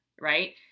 right